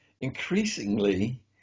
increasingly